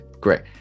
great